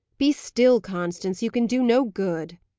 be still, constance! you can do no good.